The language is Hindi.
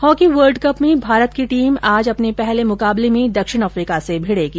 हॉकी वर्ल्डकप में भारत की टीम आज अपने पहले मुकाबले में दक्षिण अफ्रीका से भिडेगी